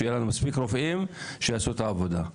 שיהיו לנו מספיק רופאים שיעשו את העבודה.